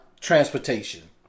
transportation